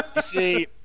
See